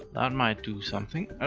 that might do something. oh,